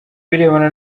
birebana